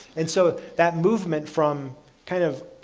and so, that movement from kind of